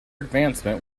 advancement